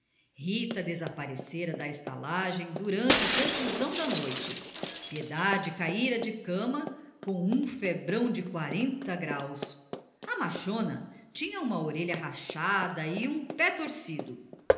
rita desaparecera da estalagem durante a confusão da noite piedade caíra de cama com um febrão de quarenta graus a machona tinha uma orelha rachada e um pé torcido